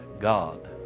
God